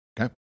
Okay